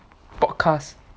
podcast